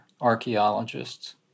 archaeologists